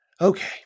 Okay